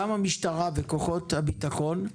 גם המשטרה וכוחות הביטחון,